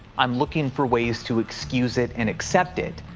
i'm looking for ways to excuse it and accept it.